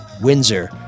Windsor